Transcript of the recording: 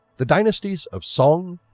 the dynasties of song,